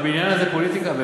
בבניין הזה פוליטיקה?